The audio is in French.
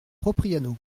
propriano